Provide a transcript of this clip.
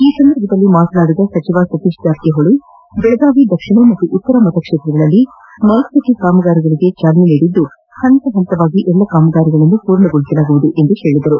ಈ ಸಂದರ್ಭದಲ್ಲಿ ಮಾತನಾಡಿದ ಸಚಿವ ಸತೀಶ್ ಜಾರಕಿಹೊಳಿ ಬೆಳಗಾವಿ ದಕ್ಷಿಣ ಮತ್ತು ಉತ್ತರ ಮತ ಕ್ಷೇತ್ರಗಳಲ್ಲಿ ಸ್ನಾರ್ಟ್ ಸಿಟಿ ಕಾಮಗಾರಿಗಳಿಗೆ ಚಾಲನೆ ನೀಡಿದ್ದು ಹಂತ ಪಂತವಾಗಿ ಎಲ್ಲ ಕಾಮಗಾರಿಗಳನ್ನು ಪೂರ್ಣಗೊಳಿಸಲಾಗುವುದು ಎಂದು ಹೇಳಿದರು